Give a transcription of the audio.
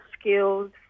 skills